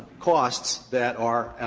costs that are,